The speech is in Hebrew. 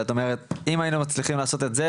שאת אומרת אם היינו מצליחים לעשות את זה,